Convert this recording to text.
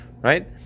right